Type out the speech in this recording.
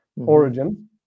origin